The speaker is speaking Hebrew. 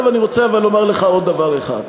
עכשיו אני רוצה, אבל, לומר לך עוד דבר אחד,